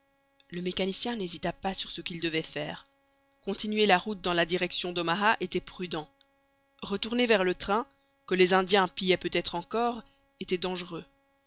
le mécanicien n'hésita pas sur ce qu'il devait faire continuer la route dans la direction d'omaha était prudent retourner vers le train que les indiens pillaient peut-être encore était dangereux